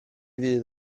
fydd